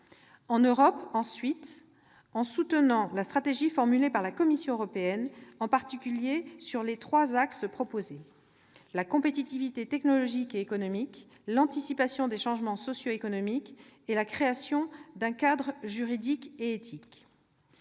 En Europe, ensuite, en soutenant la stratégie formulée par la Commission européenne, en particulier sur les trois axes proposés : la compétitivité technologique et économique ; l'anticipation des changements socio-économiques ; la création d'un cadre juridique et éthique.